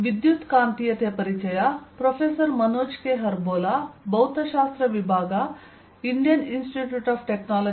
ಚಿತ್ರಗಳ ವಿಧಾನ I